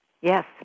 Yes